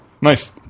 Nice